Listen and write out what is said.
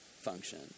function